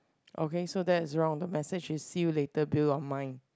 okay so that is wrong the message is see you later Bill on mine